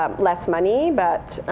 um less money, but